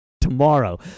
tomorrow